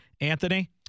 Anthony